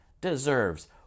deserves